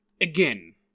again